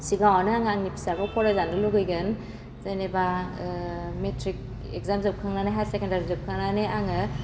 सिगाङावनो आं आंनि फिसाखौ फरायजानो लुगैगोन जेनेबा मेट्रिक इग्जाम जोबखांनानै हायार सेकेण्डारी जोबखांनानै आङो